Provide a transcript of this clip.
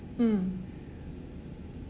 mm